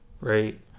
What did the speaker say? right